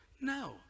no